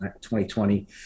2020